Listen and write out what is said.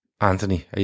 Anthony